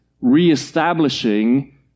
reestablishing